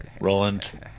Roland